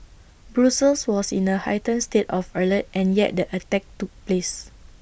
Brussels was in A heightened state of alert and yet the attack took place